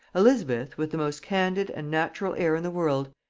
elizabeth, with the most candid and natural air in the world,